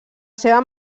seva